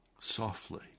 softly